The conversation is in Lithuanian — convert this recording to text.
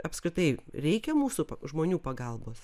apskritai reikia mūsų žmonių pagalbos